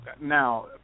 Now